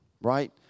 right